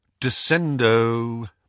Descendo